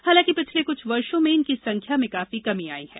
हालांकि पिछले कुछ वर्षो में इनकी संख्या में काफी कमी आई है